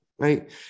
Right